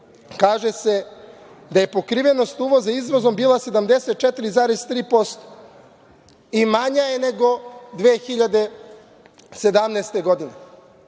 kaže se da je pokrivenost uvoza izvozom bila 74,3% i manja je nego 2017. godine.